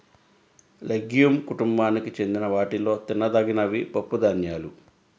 legume కుటుంబానికి చెందిన వాటిలో తినదగినవి పప్పుధాన్యాలు